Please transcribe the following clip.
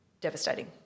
devastating